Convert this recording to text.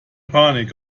panik